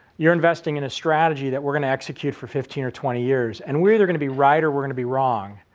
you're investing in a strategy that we're going to execute for fifteen or twenty years, and we're either going to be right or we're going to be wrong.